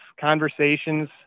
conversations